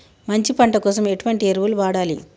మంచి పంట కోసం ఎటువంటి ఎరువులు వాడాలి?